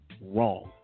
wrong